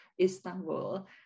Istanbul